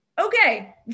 Okay